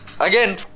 Again